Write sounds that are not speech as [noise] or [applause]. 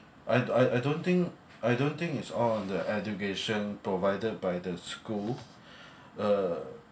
I I don't think I don't think is all on the education provided by the school [breath] uh